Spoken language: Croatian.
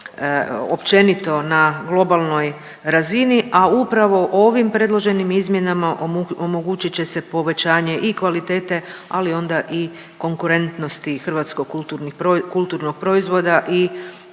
općenito na globalnoj razini, a upravo ovim predloženim izmjenama omogućit će se povećanje i kvalitete, ali onda i konkurentnosti hrvatskog kulturnog proizvoda i